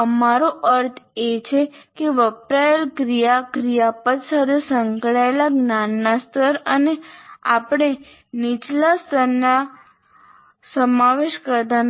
અમારો અર્થ એ છે કે વપરાયેલ ક્રિયા ક્રિયાપદ સાથે સંકળાયેલ જ્ઞાનના સ્તર અને આપણે નીચલા જ્ઞાનના સ્તરોનો સમાવેશ કરતા નથી